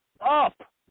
up